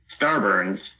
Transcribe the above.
Starburns